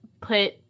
put